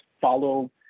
follow